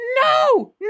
No